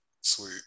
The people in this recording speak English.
Sweet